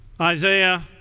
Isaiah